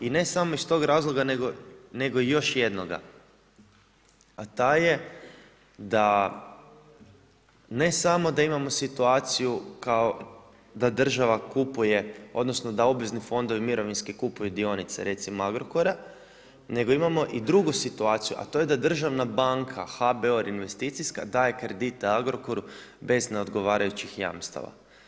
I ne samo iz tog razloga nego još jednoga, a taj je da ne samo da imamo situaciju da država kupuje odnosno da obvezni mirovinski fondovi kupuju dionice, recimo Agrokora, nego imamo i drugu situaciju, a to je da državna banka HBOR i investicijska daje kredit Agrokoru bez ne odgovarajućih jamstava.